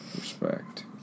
Respect